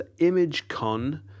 ImageCon